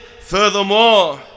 furthermore